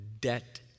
Debt